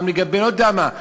פעם לגבי לא יודע מה.